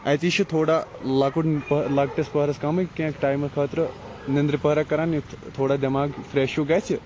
اَتے چھُ تھوڑا لَکٹ لَکٹِس پَہرَس کمی کینٛہہ ٹایمہٕ خٲطرٕ نِندرِ پَہرہ کَران یُتھ تھوڑا دٮ۪ماغ فریٚش ہیٚو گَژھِ